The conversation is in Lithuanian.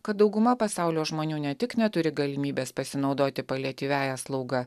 kad dauguma pasaulio žmonių ne tik neturi galimybės pasinaudoti paliatyviąja slauga